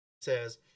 says